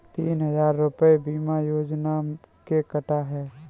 तीन हजार रूपए बीमा योजना के कटा है